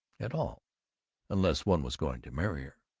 at all unless one was going to marry her.